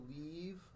leave